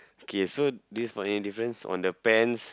K so do you spot any difference on the pants